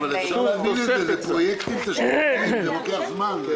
זה פרויקטים תשתיתיים, זה לוקח זמן.